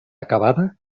acabada